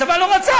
הצבא לא רצה,